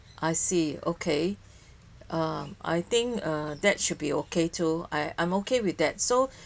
I see okay uh I think uh that should be okay too I I'm okay with that so